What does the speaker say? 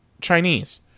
Chinese